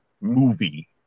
movie